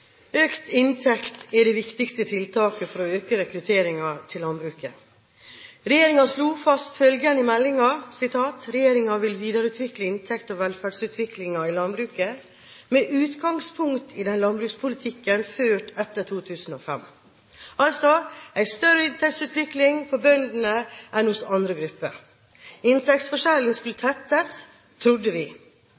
viktigste tiltaket for å øke rekrutteringen til landbruket. Regjeringen slår fast følgende i meldingen: «Regjeringen vil derfor videreutvikle inntekts- og velferdspolitikken i landbruket med utgangspunkt i den landbrukspolitikken som er ført etter 2005.» Det vil altså si en større inntektsutvikling for bøndene enn for andre grupper. Inntektsforskjellen skulle